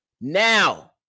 now